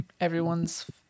Everyone's